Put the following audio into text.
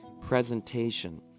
presentation